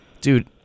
Dude